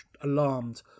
alarmed